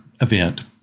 event